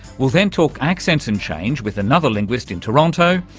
we'll then talk accents and change with another linguist in toronto,